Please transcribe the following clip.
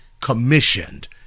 commissioned